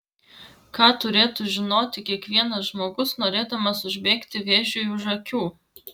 ką turėtų žinoti kiekvienas žmogus norėdamas užbėgti vėžiui už akių